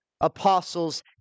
apostles